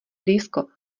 blízko